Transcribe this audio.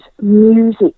Music